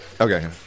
Okay